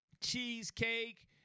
cheesecake